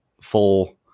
Full